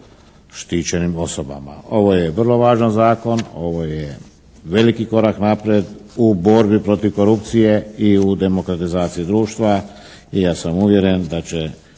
štićenim osobama. Ovo je vrlo važan Zakon, ovo je veliki korak naprijed u borbi protiv korupcije i u demokratizaciji društva i ja sam uvjeren da će